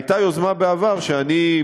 הייתה יוזמה בעבר שאני,